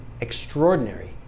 extraordinary